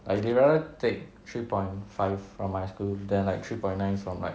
like they rather take three point five from my school then like three point nine from like